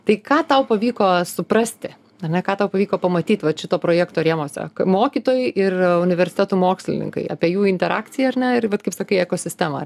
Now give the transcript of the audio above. tai ką tau pavyko suprasti ar ne ką tau pavyko pamatyti vat šito projekto rėmuose mokytojai ir universitetų mokslininkai apie jų interakciją ar ne ir vat kaip sakai ekosistemą